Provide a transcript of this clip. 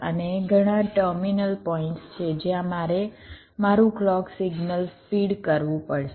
અને ઘણા terminal points છે જ્યાં મારે મારું ક્લૉક સિગ્નલ ફીડ કરવું પડશે